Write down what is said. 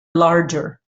larger